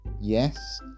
Yes